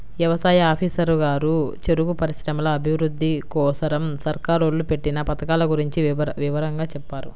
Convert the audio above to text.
యవసాయ ఆఫీసరు గారు చెరుకు పరిశ్రమల అభిరుద్ధి కోసరం సర్కారోళ్ళు పెట్టిన పథకాల గురించి వివరంగా చెప్పారు